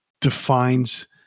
defines